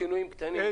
בשינויים קטנים.